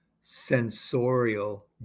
sensorial